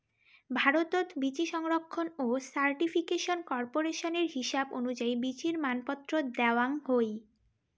ভারতত বীচি সংরক্ষণ ও সার্টিফিকেশন কর্পোরেশনের হিসাব অনুযায়ী বীচির মানপত্র দ্যাওয়াং হই